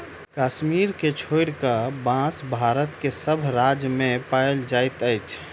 कश्मीर के छोइड़ क, बांस भारत के सभ राज्य मे पाओल जाइत अछि